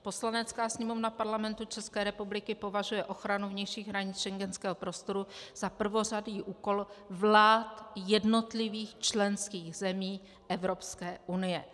Poslanecká sněmovna Parlamentu České republiky považuje ochranu vnějších hranic schengenského prostoru za prvořadý úkol vlád jednotlivých členských zemí Evropské unie.